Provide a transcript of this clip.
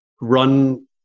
run